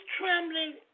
trembling